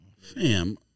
Fam